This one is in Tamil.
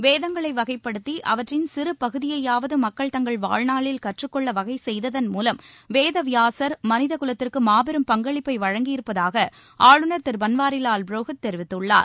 வேதங்களை வகைப்படுத்தி அவற்றின் சிறுபகுதியையாவது மக்கள் தங்கள் வாழ்நாளில் கற்றுக் கொள்ள வகை செய்ததன் மூலம் வேத வியாசர் மனிதகுலத்திற்கு மாபெரும் பங்களிப்பை வழங்கியிருப்பதாக ஆளுநர் திரு பன்வாரிலால் புரோஹித் தெரிவித்துள்ளார்